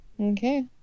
Okay